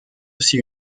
aussi